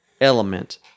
element